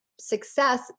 success